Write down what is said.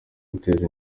guteza